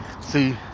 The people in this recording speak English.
See